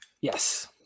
Yes